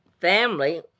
family